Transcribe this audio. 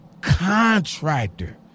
contractor